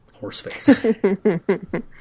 Horseface